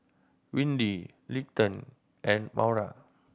Windy Leighton and Maura